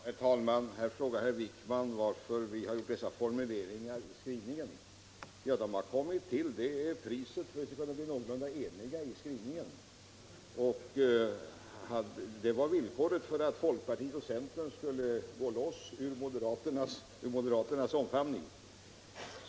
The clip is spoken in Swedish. Herr talman! Herr Wijkman frågar varför vi har gjort dessa formuleringar i utskottets skrivning. De är priset för att vi skulle bli någorlunda eniga i skrivningen. De var villkoret för att folkpartiet och centern skulle gå loss ur moderaternas omfamning.